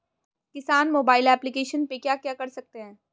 किसान mobile application पे क्या क्या कर सकते हैं?